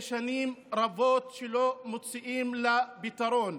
וזה שנים רבות שלא מוצאים לה פתרון.